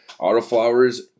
autoflower's